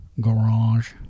garage